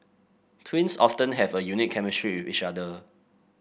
twins often have a unique chemistry with each other